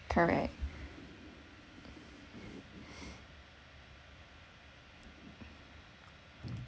correct